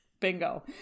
Bingo